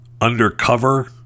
undercover